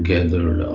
Gathered